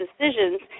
decisions